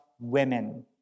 women